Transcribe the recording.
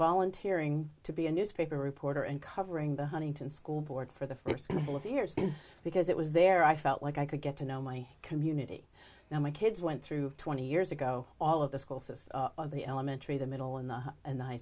volunteer ing to be a newspaper reporter and covering the huntington school board for the foreseeable appears in because it was there i felt like i could get to know my community and my kids went through twenty years ago all of the school system of the elementary the middle and the and